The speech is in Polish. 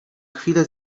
chwilę